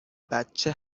بچه